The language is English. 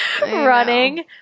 running